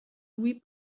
louis